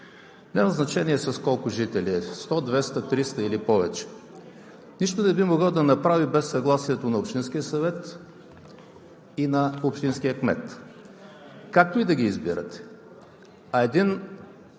няма значение с колко жители е – 100, 200, 300 или повече, не би могъл да направи нищо без съгласието на общинския съвет и на общинския кмет, както и да ги избират. А един